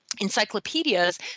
encyclopedias